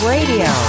Radio